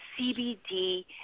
CBD